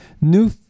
New